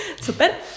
Super